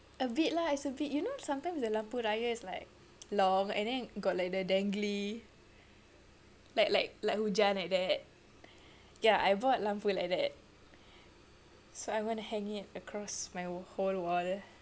a bit lah it's a bit you know sometimes the lampu raya is like long and then got like the dangly like like like hujan like that ya I bought lampu like that so I want hang it across my whole wall